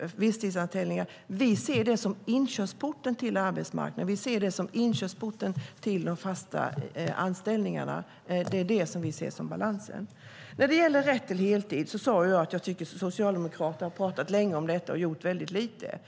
heltid. Vi ser det som en inkörsport till arbetsmarknaden och de fasta anställningarna. Det är där vi ser en bra balans. När det gäller rätt till heltid sade jag att Socialdemokraterna pratat väldigt mycket om det men gjort väldigt lite.